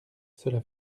cela